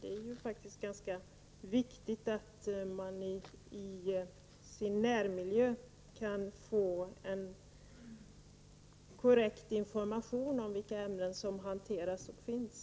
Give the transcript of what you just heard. Det är ju ganska viktigt att man i sin närmiljö kan få en korrekt information om vilka ämnen som hanteras och finns.